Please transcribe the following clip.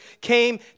came